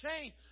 change